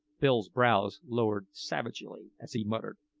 bill's brows lowered savagely as he muttered,